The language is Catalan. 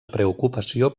preocupació